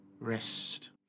rest